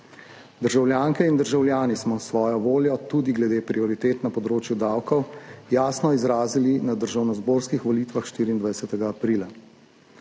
Državljanke in državljani smo svojo voljo tudi glede prioritet na področju davkov jasno izrazili na državnozborskih volitvah 24. aprila.